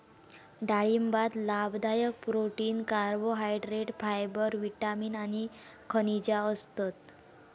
डाळिंबात लाभदायक protein, carbohydrate, fibre, vitamin आणि खनिजा असतत